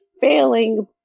failing